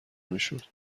میشد